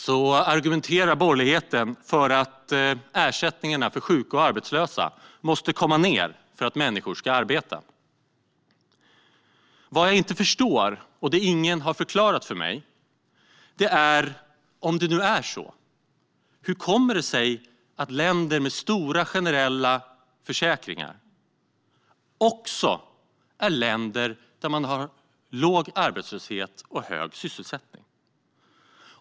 Ibland argumenterar borgerligheten för att ersättningarna för sjuka och arbetslösa måste komma ned för att människor ska arbeta. Vad jag inte förstår är, och det ingen har förklarat för mig, att om det nu är så, hur kommer det sig att länder med stora generella försäkringar också är länder där man har låg arbetslöshet och hög sysselsättning?